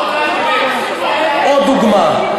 עוד דוגמה.